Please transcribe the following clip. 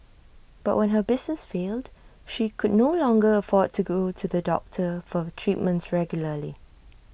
but when her business failed she could no longer afford to go to the doctor for treatments regularly